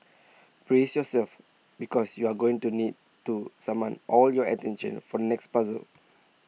brace yourselves because you're going to need to summon all your attention for the next puzzle